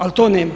Ali to nema.